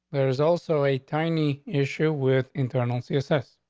there is also a tiny issue with internal css.